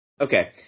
Okay